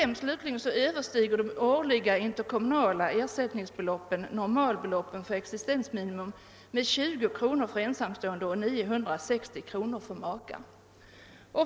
I ortsgrupp 5 överstiger de årliga interkommunala ersättningsbeloppen normalbeloppen för existensminimum med 20 kronor för ensamstående och 960 kronor för makar.